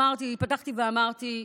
פתחתי ואמרתי,